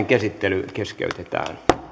käsittely keskeytetään